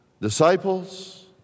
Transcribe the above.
disciples